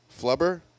Flubber